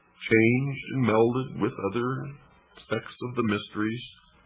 changed and melded with other sects of the mysteries.